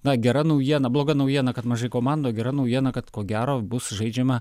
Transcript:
na gera naujiena bloga naujiena kad mažai komandų o gera naujiena kad ko gero bus žaidžiama